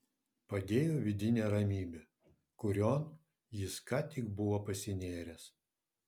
padėjo vidinė ramybė kurion jis ką tik buvo pasinėręs